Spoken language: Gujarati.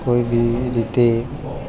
કોઈ બી રીતે